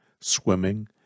swimming